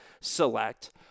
select